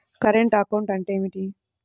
Current account అంటే ఏమిటి?